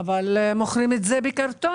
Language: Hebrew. אבל מוכרים את זה בקרטונים.